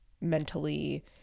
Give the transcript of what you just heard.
mentally